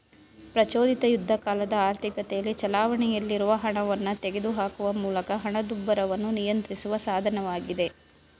ಪ್ರಚೋದಿತ ಯುದ್ಧಕಾಲದ ಆರ್ಥಿಕತೆಯಲ್ಲಿ ಚಲಾವಣೆಯಲ್ಲಿರುವ ಹಣವನ್ನ ತೆಗೆದುಹಾಕುವ ಮೂಲಕ ಹಣದುಬ್ಬರವನ್ನ ನಿಯಂತ್ರಿಸುವ ಸಾಧನವಾಗಿದೆ